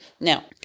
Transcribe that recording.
Now